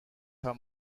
her